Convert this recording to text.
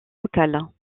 locales